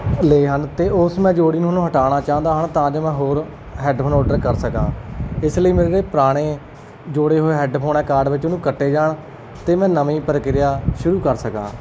ਲਏ ਹਨ ਅਤੇ ਉਸ ਮੈਂ ਜੋੜੀ ਨੂੰ ਉਹਨੂੰ ਹਟਾਉਣਾ ਚਾਹੁੰਦਾ ਹਾਂ ਤਾਂ ਜੇ ਮੈਂ ਹੋਰ ਹੈਡਫੋਨ ਓਡਰ ਕਰ ਸਕਾਂ ਇਸ ਲਈ ਮੇਰੇ ਪੁਰਾਣੇ ਜੋੜੇ ਹੋਏ ਹੈਡਫੋਨ ਹੈ ਕਾਰਡ ਵਿੱਚ ਉਹਨੂੰ ਕੱਟੇ ਜਾਣ ਅਤੇ ਮੈਂ ਨਵੀਂ ਪ੍ਰਕਿਰਿਆ ਸ਼ੁਰੂ ਕਰ ਸਕਾਂ